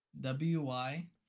W-Y